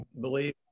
believe